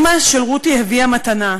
אימא של רותי הביאה מתנה,